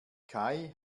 kai